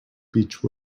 beech